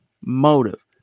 motive